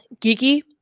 Geeky